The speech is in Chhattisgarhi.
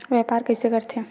व्यापार कइसे करथे?